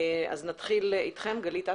אז נתחיל עם גלית.